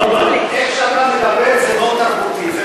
איך שאתה מדבר זה לא תרבותי.